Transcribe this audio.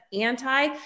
anti